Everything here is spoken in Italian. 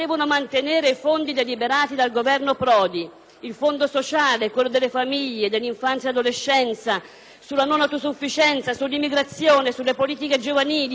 il fondo sociale, quello delle famiglie, dell'infanzia e adolescenza, sulla non autosufficienza, sull'immigrazione, sulle politiche giovanili, sul piano decennale sui nidi. All'opposto